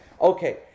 Okay